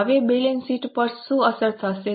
હવે balance sheet પર શું અસર થશે